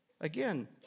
Again